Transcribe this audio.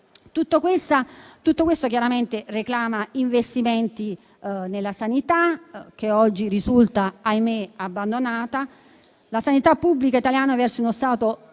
Tutto questo chiaramente reclama investimenti nella sanità che oggi risulta, ahimè, abbandonata. La sanità pubblica italiana versa in uno stato preoccupante,